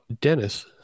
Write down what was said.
Dennis